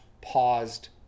paused